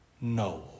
No